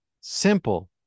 Simple